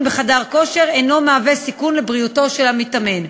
בחדר כושר אינו מהווה סיכון לבריאותו של המתאמן.